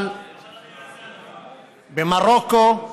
אבל במרוקו,